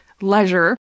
leisure